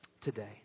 today